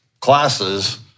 classes